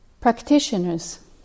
Practitioners